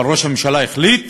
אבל ראש הממשלה החליט